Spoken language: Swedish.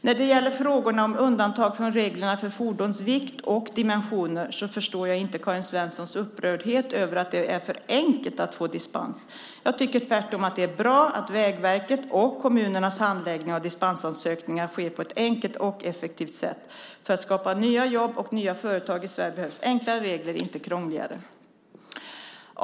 När det gäller frågorna om undantag från reglerna för fordons vikt och dimensioner förstår jag inte Karin Svensson Smiths upprördhet över att det är för enkelt att få dispens. Jag tycker tvärtom att det är bra att Vägverkets och kommunernas handläggning av dispensansökningarna sker på ett enkelt och effektivt sätt. För att skapa nya jobb och nya företag i Sverige behövs enklare regler, inte krångligare.